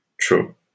true